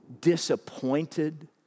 disappointed